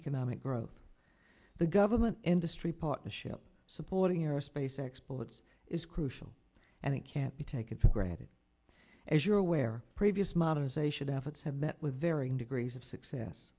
economic growth the government industry partnership supporting aerospace exports is crucial and it can't be taken for granted as you're aware previous modernization efforts have met with varying degrees of success